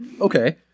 Okay